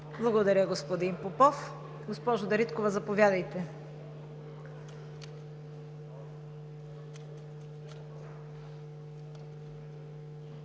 Благодаря, господин Попов. Госпожо Дариткова, заповядайте.